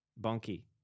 Bonky